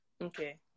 Okay